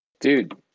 dude